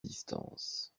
distance